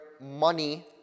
money